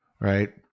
right